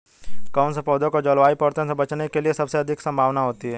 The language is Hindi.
कौन से पौधे को जलवायु परिवर्तन से बचने की सबसे अधिक संभावना होती है?